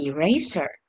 Eraser